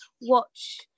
watch